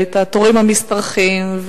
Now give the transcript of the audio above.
והתורים המשתרכים,